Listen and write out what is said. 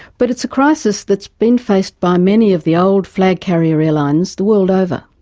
but it's a crisis that's been faced by many of the old flag-carrier airlines the world over.